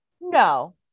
No